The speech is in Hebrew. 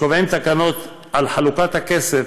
כשקובעים תקנות על חלוקת הכסף,